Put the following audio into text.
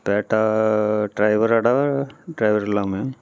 பேட்டா ட்ரைவரோட ட்ரைவர் இல்லாமையா